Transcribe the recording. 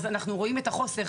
ואנחנו רואים את המחסור.